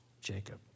Jacob